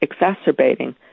exacerbating